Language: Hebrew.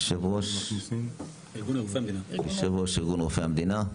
יו"ר ארגון רופאי המדינה.